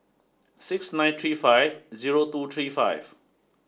six nine three five zero two three five